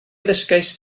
ddysgaist